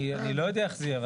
אני לא יודע איך זה יהיה.